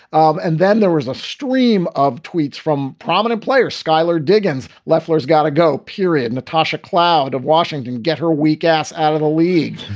and then there was a stream of tweets from prominent players, skylar diggins. lefler has got to go, period. natasha cloud of washington. get her weak ass out of the league.